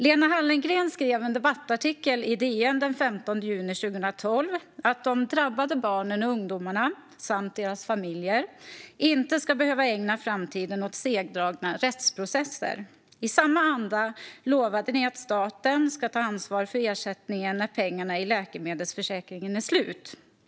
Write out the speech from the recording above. Lena Hallengren skrev i en debattartikel i DN den 15 juni 2012 att de drabbade barnen och ungdomarna samt deras familjer inte ska behöva ägna framtiden åt segdragna rättsprocesser. I samma anda lovade ni att staten ska ta ansvar för ersättningen när pengarna i Läkemedelsförsäkringen är slut.